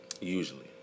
Usually